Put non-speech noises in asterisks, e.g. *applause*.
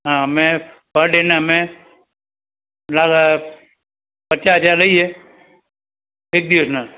હા અમે પર ડેનાં અમે *unintelligible* પચાસ હજાર લઈએ એક દિવસનાં